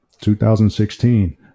2016